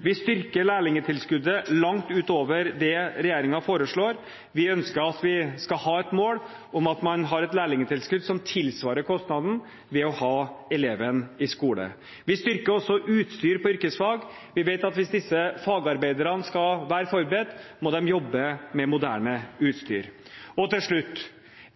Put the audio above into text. Vi styrker lærlingtilskuddet langt utover det regjeringen foreslår, vi ønsker at vi skal ha et mål om at man har et lærlingtilskudd som tilsvarer kostnaden ved å ha eleven i skole. Vi styrker også utstyr innen yrkesfag. Vi vet at hvis disse fagarbeiderne skal være forberedt, må de jobbe med moderne utstyr. Og til slutt: